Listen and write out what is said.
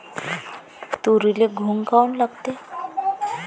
तुरीले घुंग काऊन लागते?